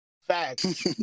Facts